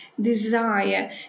desire